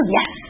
Yes